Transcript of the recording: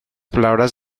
palabras